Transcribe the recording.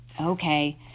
Okay